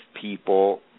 people